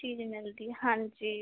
ਚੀਜ਼ ਮਿਲਦੀ ਹਾਂਜੀ